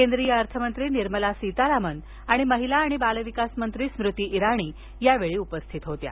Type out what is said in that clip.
केंद्रीय अर्थमंत्री निर्मला सीतारामन आणि महिला आणि बालविकास मंत्री स्मृती इराणी यादेखील यावेळी उपस्थित होत्या